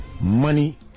money